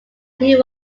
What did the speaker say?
hill